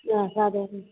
ಹಾಂ ಸಾದಾ ಇರಲಿ